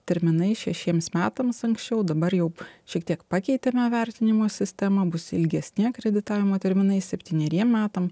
terminai šešiems metams anksčiau dabar jau šiek tiek pakeitėme vertinimo sistemą bus ilgesni akreditavimo terminai septyneriem metam